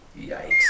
Yikes